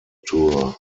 tour